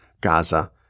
Gaza